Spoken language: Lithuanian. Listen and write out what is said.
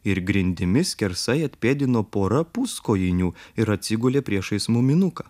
ir grindimis skersai atpėdino pora puskojinių ir atsigulė priešais muminuką